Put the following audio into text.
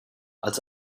als